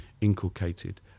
inculcated